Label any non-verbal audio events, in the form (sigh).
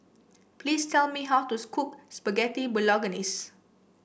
please tell me how to (unintelligible) cook Spaghetti Bolognese